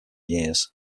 years